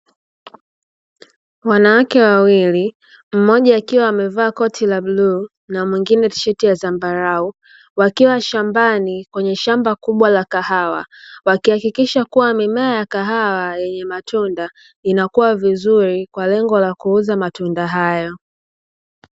Wanawake wawili mmoja akiwa amevaa koti la bluu na mwingine tisheti la zambarau, wakiwa shambani kwenye shamba kubwa la kahawa wakihakikisha kuwa mimea ya kahawa yenye matunda inakuwa vizuri kwa lengo la kuuza matunda hayo.